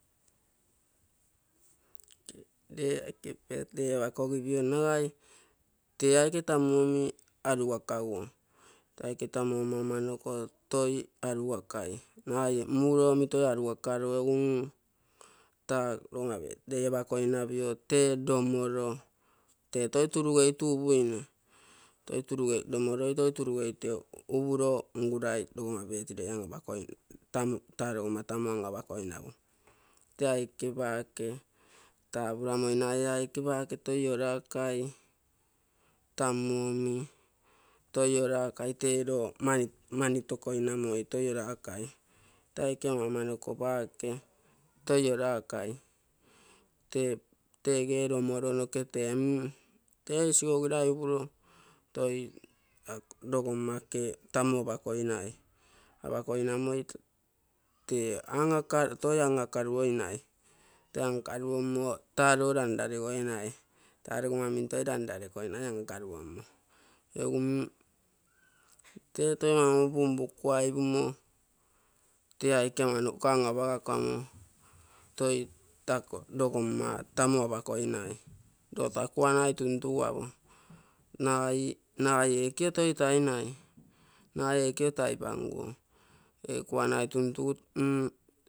Delakogigi nwai, tia kita mimi aliwakau, tia kita mimi mama nko twai ali wakai, nai muo mwito aliwa kalo yammu, ta onabhe dea wakoina byetee domoro, tototuluweitu ubwene, totuluwe domoro totuluweitu obhulo nibhulai domohabeche demoabakoi, tara wa matamonga bakoi nabho, kyai kibake kabla nunayai kibake tuyola kai, tamwini, toyela akaitedo mani tokaimenye etora akai, tai keno minukubake, tujera akai, tegero moro meketenii, keisua gudaigoro, tai dogo make, tami bako inae, abhakoi namwite, ki anyoka, tei akaloinawe, tankaluomo, talolandari wainae, tali wamwitotantale kwani wenkaliwauma tioto umgumbukwai ghumu, kiakeni nkawa mabawa kwani, twai tako dogo mma, tamu abakoi nae, ndo atakuwa nae tuntu awa, nai keteitai nai. nae kitaipangua, kuwa na tuntu